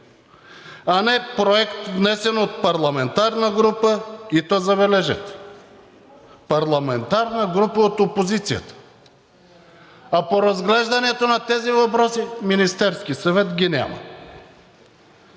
а не проект, внесен от парламентарна група, и то, забележете – парламентарна група от опозицията, а по разглежданията на тези въпроси Министерският съвет го няма.